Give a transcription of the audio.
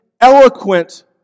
eloquent